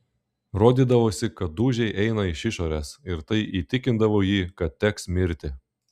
rodydavosi kad dūžiai eina iš išorės ir tai įtikindavo jį kad teks mirti